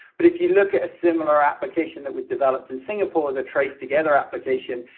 but if you look at a similar application that was developed in singapore, the trace together application,